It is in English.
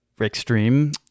extreme